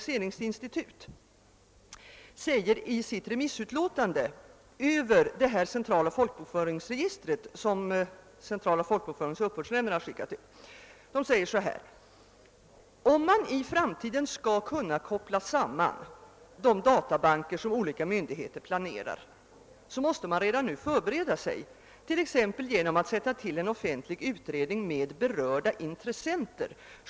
SPRI säger i sitt remissutlåtande över det centrala = folkbokföringsregister som upprättats av centrala folkbokföringsoch uppbördsnämnden: »Om man i framtiden skall kunna koppla samman de databanker som olika myndigheter planerar, måste man redan nu förbereda sig, t.ex. genom att sätta till en offentlig utredning med berörda intressenter.